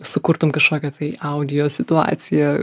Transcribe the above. sukurtum kažkokią tai audio situaciją